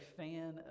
fan